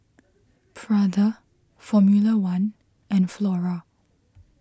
Prada Formula one and Flora